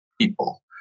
people